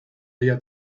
ella